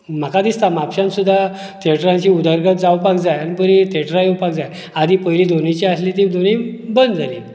म्हाका दिसता म्हापश्यांन सुद्दां थिएटरांची उदरगत जावपाक जाय आनी बरी थिएटरां येवपाक जाय आदी पयली दोनची आसली ती दोन बंद जाली